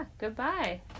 Goodbye